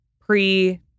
pre